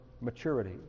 maturity